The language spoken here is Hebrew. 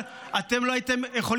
חברת הכנסת גוטליב,